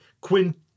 Quint